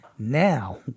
Now